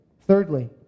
Thirdly